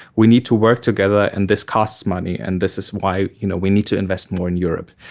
we need to work together and this costs money, and this is why you know we need to invest more in europe.